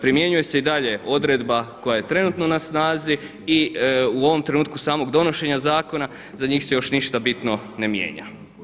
Primjenjuje se i dalje odredba koja je trenutno na snazi i u ovom trenutku samog donošenja zakona za njih se još ništa bitno ne mijenja.